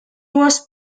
was